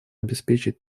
обеспечить